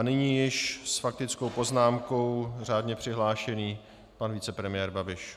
Nyní již s faktickou poznámkou řádně přihlášený pan vicepremiér Babiš.